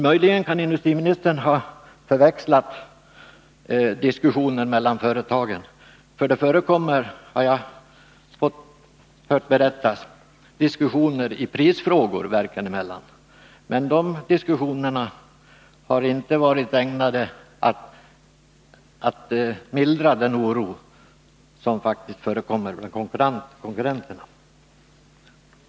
Möjligen kan industriministern ha förväxlat diskussionen mellan företagen — för det förekommer, har jag hört berättas, diskussioner i prisfrågor verken emellan, men de diskussionerna har inte varit ägnade att mildra den oro som faktiskt förekommer bland konkurrenterna.